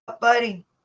buddy